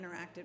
interacted